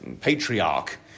patriarch